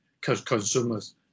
consumers